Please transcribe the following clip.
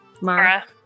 Mara